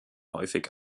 häufig